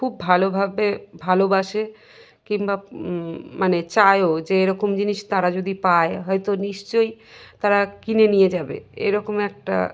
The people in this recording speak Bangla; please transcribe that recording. খুব ভালোভাবে ভালোবাসে কিংবা মানে চায়ও যে এরকম জিনিস তারা যদি পায় হয়তো নিশ্চয়ই তারা কিনে নিয়ে যাবে এরকম একটা